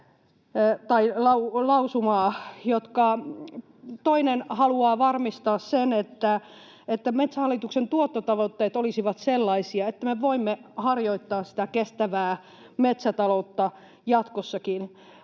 toinen haluaa varmistaa sen, että Metsähallituksen tuottotavoitteet olisivat sellaisia, että me voimme harjoittaa sitä kestävää metsätaloutta jatkossakin.